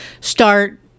start